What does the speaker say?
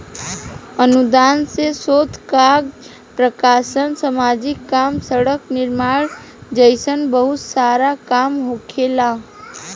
अनुदान से शोध काज प्रकाशन सामाजिक काम सड़क निर्माण जइसन बहुत सारा काम होखेला